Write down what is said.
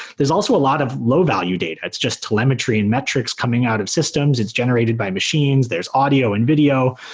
there's also a lot of low value data. it's just telemetry and metrics coming out of systems. it's generated by machines. there's audio and video,